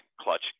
clutch